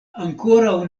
ankoraŭ